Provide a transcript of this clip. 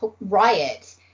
riot